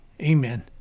Amen